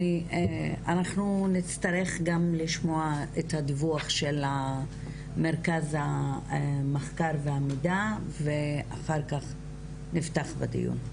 אנחנו נצטרך לשמוע את הדיווח של מרכז המחקר והמידע ואחר כך נפתח בדיון.